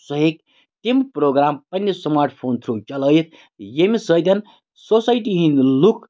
سُہ ہیٚکہِ تِم پروگرام پَننہِ سماٹ فون تھروٗ چلٲیِتھ ییٚمہِ سۭتۍ سوسایٹی ہِنٛدۍ لُکھ